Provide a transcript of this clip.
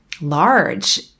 large